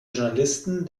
journalisten